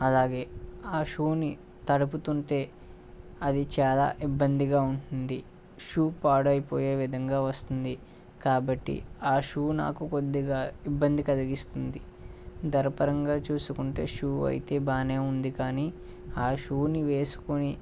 అలాగే ఆ షూని తడుపుతుంటే అది చాలా ఇబ్బందిగా ఉంది షూ పాడు అయిపోయే విధంగా వస్తుంది కాబట్టి ఆ షూ నాకు కొద్దిగా ఇబ్బంది కలిగిస్తుంది ధర పరంగా చూసుకుంటే షూ అయితే బాగానే ఉంది కానీ ఆ షూని వేసుకొని